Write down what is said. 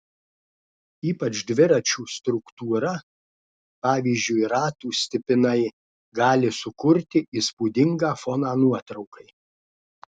ypač dviračių struktūra pavyzdžiui ratų stipinai gali sukurti įspūdingą foną nuotraukai